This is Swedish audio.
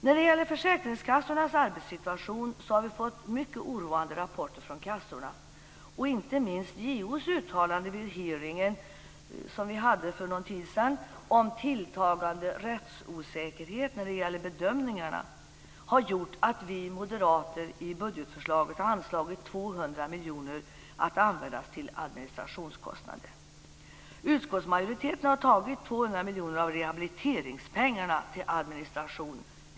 När det gäller försäkringskassornas arbetssituation vill jag säga att vi har fått mycket oroande rapporter från kassorna. Detsamma gäller inte minst det uttalande som JO, vid den hearing som vi genomförde för någon tid sedan, gjorde om tilltagande rättsosäkerhet i bedömningarna. Detta har gjort att vi moderater i vårt budgetförslag har anvisat 200 miljoner kronor att användas till administrationskostnader. Utskottsmajoriteten har tagit 200 miljoner kronor av rehabiliteringspengarna till administration.